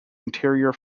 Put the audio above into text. interior